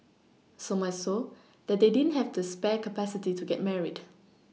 so much so that they didn't have the spare capacity to get married